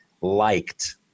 liked